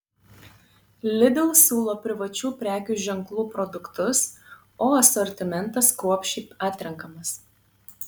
lidl siūlo privačių prekių ženklų produktus o asortimentas kruopščiai atrenkamas